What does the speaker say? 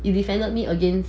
you defended me again